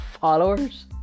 followers